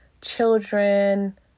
children